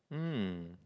hmm